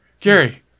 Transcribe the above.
Gary